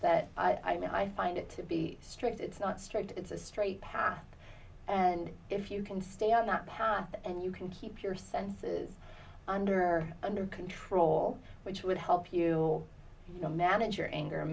mean i find it to be strict it's not strict it's a straight path and if you can stay on that path and you can keep your senses under under control which would help you you know manage your anger